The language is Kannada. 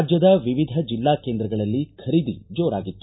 ರಾಜ್ಯದ ವಿವಿಧ ಜಿಲ್ಲಾ ಕೇಂದ್ರಗಳಲ್ಲಿ ಖರೀದಿ ಜೋರಾಗಿತ್ತು